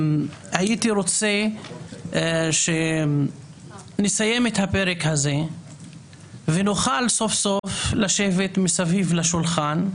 הייתי רוצה שנסיים את הפרק הזה ונוכל סוף סוף לשבת מסביב לשולחן,